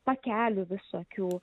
pakelių visokių